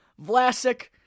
Vlasic